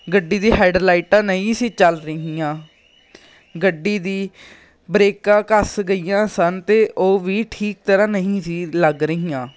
ਗੱਡੀ ਦੀ ਹੈਡਲਾਈਟ ਆ ਨਹੀਂ ਸੀ ਚੱਲ ਰਹੀਆਂ ਗੱਡੀ ਦੀ ਬਰੇਕਾਂ ਘੱਸ ਗਈਆਂ ਸਨ ਅਤੇ ਉਹ ਵੀ ਠੀਕ ਤਰ੍ਹਾਂ ਨਹੀਂ ਸੀ ਲੱਗ ਰਹੀਆਂ